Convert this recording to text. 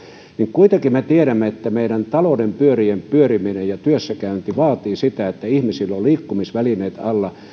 kuitenkin me tiedämme että meidän talouden pyörien pyöriminen ja työssäkäynti vaativat sitä että ihmisillä on liikkumisvälineet alla